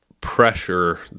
pressure